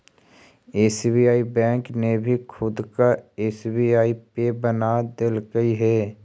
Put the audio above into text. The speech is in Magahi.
एस.बी.आई बैंक ने भी खुद का एस.बी.आई पे बना देलकइ हे